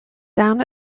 down